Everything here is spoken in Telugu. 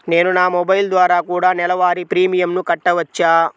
నేను నా మొబైల్ ద్వారా కూడ నెల వారి ప్రీమియంను కట్టావచ్చా?